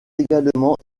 également